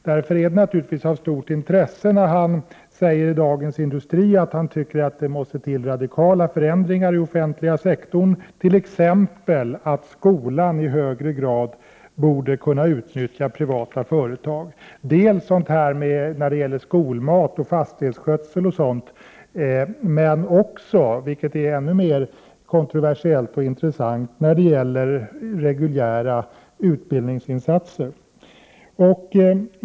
Det är därför naturligtvis av stort intresse när han i Dagens Industri säger att man måste göra radikala förändringar i den offentliga sektorn och att t.ex. skolan i högre grad borde kunna utnyttja privata företag när det gäller skolmat, fastighetsskötsel och liknande, men också — vilket är ännu mer kontroversiellt och intressant — för reguljära utbildningsinsatser.